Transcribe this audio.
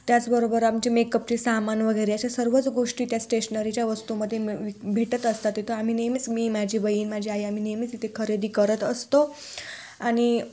त्याचबरोबर आमचे मेकअपचे सामान वगैरे अशा सर्वच गोष्टी त्या स्टेशनरीच्या वस्तूमध्ये म भेटत असतात तिथं आम्ही नेहमीच मी माझी बहीण माझी आई आम्ही नेहमीच तिथे खरेदी करत असतो आणि